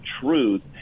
truth